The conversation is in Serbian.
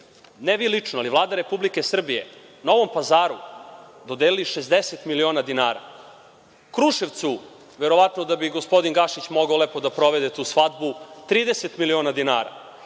ne vi lično, ali Vlada Republike Srbije, Novom Pazaru dodelili 60 miliona dinara, Kruševcu, verovatno da bi gospodin Gašić mogao lepo da provede tu svadbu, 30 miliona dinara.